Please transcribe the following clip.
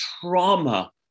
trauma